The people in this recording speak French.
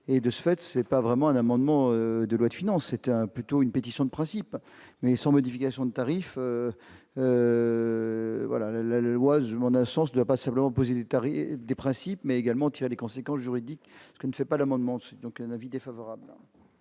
et de ce fait c'est pas vraiment un amendement de loi de finances était un plutôt une pétition de principe mais sans modification de tarif, voilà la loi, je m'en un sens de pas simplement poser des tarifs des principes mais également tirer les conséquences juridiques, ce qui ne fait pas d'amendement, c'est donc un avis défavorable.